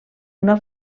una